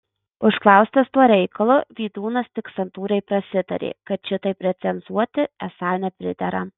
užklaustas tuo reikalu vydūnas tik santūriai prasitarė kad šitaip recenzuoti esą nepridera